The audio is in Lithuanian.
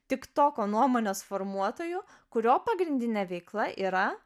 tiktoko nuomonės formuotoju kurio pagrindinė veikla yra